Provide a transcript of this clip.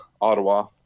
Ottawa